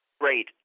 Great